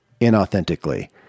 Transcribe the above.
inauthentically